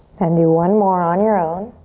then do one more on your own.